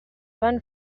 van